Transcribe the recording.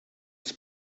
his